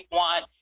want